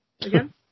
Again